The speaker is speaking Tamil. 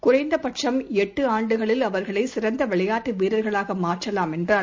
குறைந்தபட்சம் எட்டுஆண்டுகளில் அவர்களைசிறந்தவிளையாட்டுவீரர்களாகமாற்றலாம் என்றார்